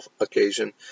occasion